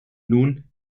nun